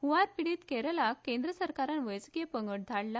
हंवार पिडीत केरळाक केंद्र सरकारान वैजकी पंगड धाडला